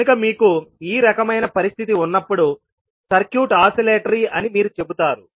కనుక మీకు ఈ రకమైన పరిస్థితి ఉన్నప్పుడు సర్క్యూట్ ఆసిలేటరీ అని మీరు చెబుతారు